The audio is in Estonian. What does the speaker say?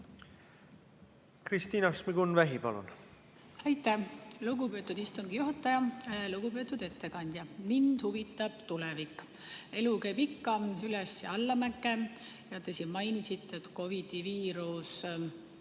Kristina Šmigun-Vähi, palun! Aitäh, lugupeetud istungi juhataja! Lugupeetud ettekandja! Mind huvitab tulevik. Elu käib ikka üles- ja allamäge ja te siin mainisite, et COVID-i viirus